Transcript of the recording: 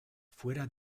fuera